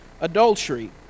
adultery